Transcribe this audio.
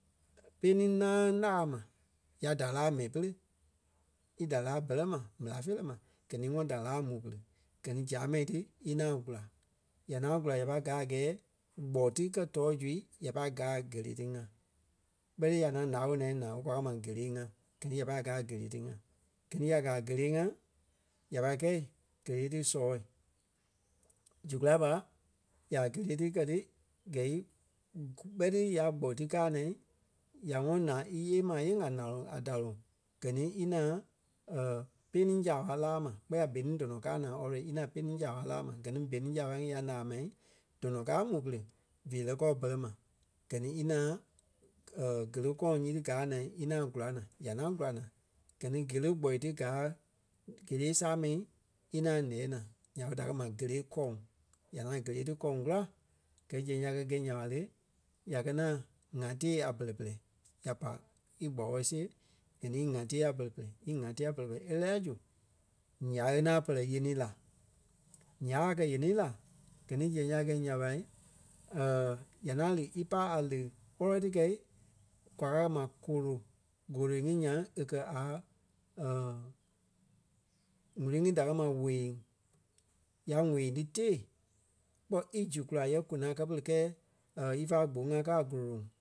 peniŋ náaŋ laa ma. Ya da laa mɛi pere í da laa bɛlɛ ma méla feerɛ ma gɛ ni í ŋɔnɔ da laa mu pere. Gɛ ni zâmai ti í ŋaŋ gula. Ya ŋaŋ gula ya pâi gaa a gɛɛ gbɔ ti kɛ tɔɔ zui, ya pai gaa kéle ti ŋa. ɓé ti ya ŋaŋ láa ɓo naa, naa ɓe kwa kɛ́ ma géle ŋa. Gɛ ni ya pâi gaa géle ti ŋa. Gɛ ni ya gaa géle ŋa ya pai kɛi géle ti sɔɔ̂i. Zu kulâi ɓa, ya géle ti kɛ lé gɛi ɓé ti ya gbɔ ti káa naa ya ŋɔnɔ naa íyee ma yeŋ a naa-loŋ daloŋ. Gɛ ni í ŋaŋ peniŋ saaɓa laa ma kpɛɛ la beniŋ dɔnɔ káa naa already í ŋaŋ peniŋ saaɓa laa ma. Gɛ ni beniŋ zaaɓa ŋí ya ǹaa mai, dɔnɔ káa mu pere feerɛ kɔɔ bɛlɛ ma. Gɛ ni í ŋaŋ géle kɔ̃ɔŋ nyíti gaa naai í ŋaŋ gula naa. Ya la gula naa gɛ ni géle gbɔ ti gaa géle sâmai í ŋaŋ ǹɛɛ naa nya ɓé da kɛ́ ma géle kɔ̂ŋ. Ya ŋaŋ géle ti gɔ̂ŋ kula gɛ zɛŋ nya kɛ gɛi nya ɓa lé, ya kɛ́ ŋaŋ ŋaa tee a bɛlɛ-pɛlɛ. Ya pai í kpawɔ̂ siɣe gɛ ni í ŋaa tee a bɛlɛ-pɛlɛ, íŋaa tee a bɛlɛ-pɛlɛ e lɛ́ɛ la zu ǹyai í ŋaŋ pɛlɛ yenii la. Ǹyai a kɛ̀ yénii la gɛ ni zeŋ ya gɛi nya ɓa, ya ŋaŋ lí í pai a leɣii. Wɔ́lo ti kɛi kwa kɛ́ ma kolo. Goloi ŋí nyaŋ e kɛ̀ a wúrui ŋí da kɛ̀ ma weeŋ. Ya weeŋ ti tée kpɔ́ í zu kula yɛ konâ kɛ pere kɛɛ ífa gboŋ-ŋa káa a guro-loŋ.